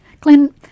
Glenn